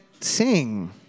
sing